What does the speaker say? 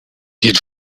had